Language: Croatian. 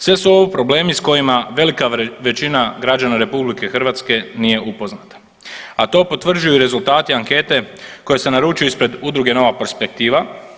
Sve su ovo problemi s kojima velika većina građana RH nije upoznata, a to potvrđuju i rezultati ankete koji se naručuju ispred udruge Nova perspektiva.